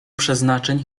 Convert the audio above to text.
przeznaczeń